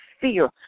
fear